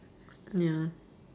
ya